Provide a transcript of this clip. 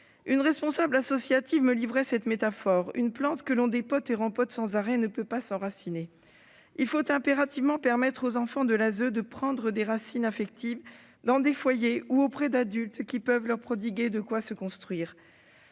Une responsable associative me livrait cette métaphore :« une plante que l'on dépote et rempote sans arrêt ne peut pas s'enraciner. » Il faut impérativement permettre aux enfants de l'ASE de prendre des racines affectives dans des foyers ou auprès d'adultes leur permettant de se construire.